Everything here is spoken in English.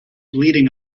bleeding